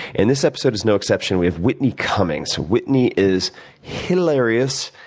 and this episode is no exception. we have whitney cummings. whitney is hilarious.